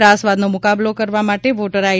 ત્રાસવાદનો મુકાબલો કરવા માટે વોટર આઇ